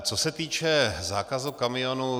Co se týče zákazu kamionů.